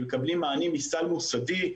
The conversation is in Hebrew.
הם מקבלים מענה מסל מוסדי,